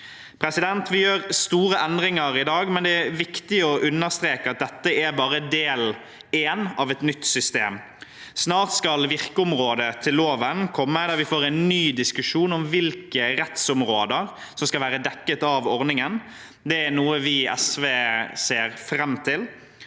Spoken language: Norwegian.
Vi gjør store endringer i dag, men det er viktig å understreke at dette bare er del én av et nytt system. Snart skal virkeområdet til loven komme, der vi får en ny diskusjon om hvilke rettsområder som skal være dekket av ordningen. Det er noe vi i SV ser fram til.